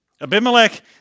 Abimelech